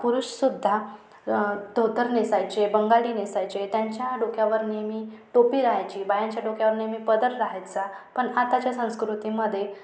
पुरुषसुद्धा धोतर नेसायचे बंगाली नेसायचे त्यांच्या डोक्यावर नेहमी टोपी राहायची बायांच्या डोक्यावर नेहमी पदर राहायचा पण आताच्या संस्कृतीमध्ये